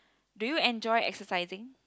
do you enjoy exercising